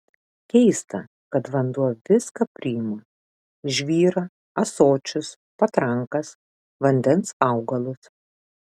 keista kad vanduo viską priima žvyrą ąsočius patrankas vandens augalus